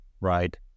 right